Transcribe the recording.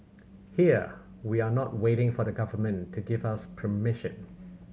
here we are not waiting for the Government to give us permission